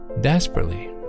desperately